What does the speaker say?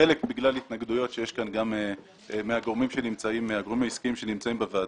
חלק בגלל התנגדויות שיש כאן גם מהגורמים העסקיים שנמצאים בוועדה,